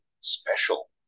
special